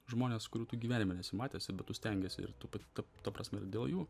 žmonės kurių tu gyvenime nesi matęs bet tu stengiesi ir tu ta ta prasme ir dėl jų